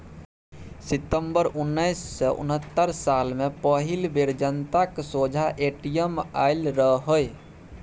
सितंबर उन्नैस सय उनहत्तर साल मे पहिल बेर जनताक सोंझाँ ए.टी.एम आएल रहय